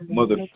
mother